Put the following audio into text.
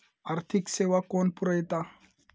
आर्थिक सेवा कोण पुरयता?